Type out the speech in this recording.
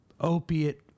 opiate